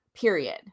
period